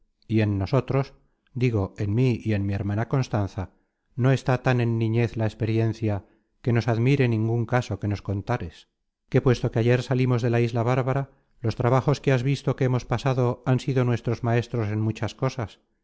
ménos no podeis negar ser principales y en nosotros digo en mí y en mi hermana constanza no está tan en niñez la experiencia que nos admire ningun caso que nos contares que puesto que ayer salimos de la isla bárbara los trabajos que has visto que hemos pasado han sido nuestros maestros en muchas cosas